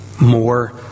more